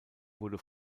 wurde